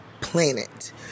planet